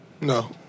no